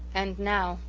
and now,